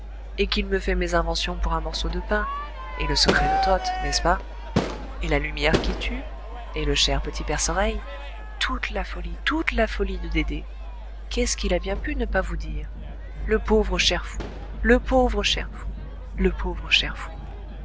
et qu'il me fait mes inventions pour un morceau de pain et le secret de toth n'est-ce pas et la lumière qui tue et le cher petit perce oreille toute la folie toute la folie de dédé qu'est-ce qu'il a bien pu ne pas vous dire le pauvre cher fou le pauvre cher fou le pauvre cher fou